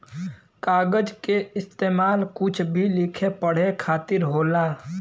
कागज के इस्तेमाल कुछ भी लिखे पढ़े खातिर होला